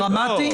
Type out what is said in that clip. גורם מעקב דרמטי.